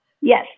Yes